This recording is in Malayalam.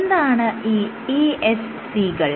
എന്താണ് ഈ ESC കൾ